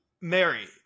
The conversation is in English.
Mary